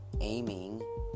aiming